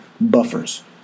buffers